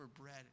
bread